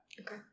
okay